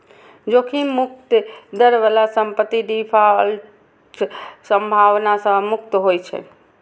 जोखिम मुक्त दर बला संपत्ति डिफॉल्टक संभावना सं मुक्त होइ छै